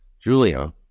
Julia